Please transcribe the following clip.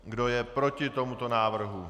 Kdo je proti tomuto návrhu?